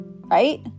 right